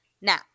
Now